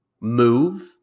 move